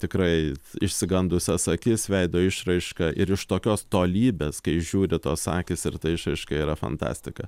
tikrai išsigandusias akis veido išraišką ir iš tokios tolybės kai žiūri tos akys ir ta išraiška yra fantastika